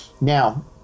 Now